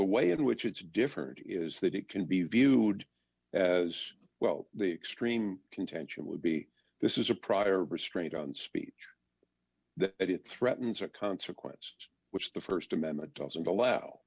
the way in which it's different is that it can be viewed as well the extreme contention would be this is a prior restraint on speech that it threatens or consequence which the st amendment doesn't allow